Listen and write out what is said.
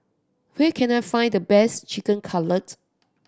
where can I find the best Chicken Cutlet